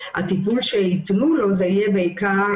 הייתי אומרת הפוך.